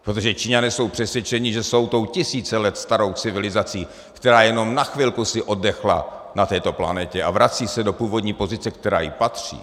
Protože Číňané jsou přesvědčeni, že jsou tou tisíce let starou civilizací, která si jen na chvilku oddechla na této planetě a vrací se do původní pozice, která jí patří.